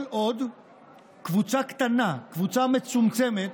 כל עוד קבוצה קטנה, קבוצה מצומצמת,